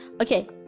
okay